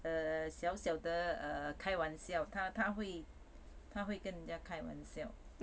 err 小小的 err 开玩笑她她会她会跟人家开玩笑